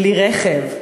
כלי-רכב,